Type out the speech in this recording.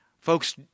Folks